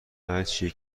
هرچی